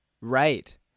Right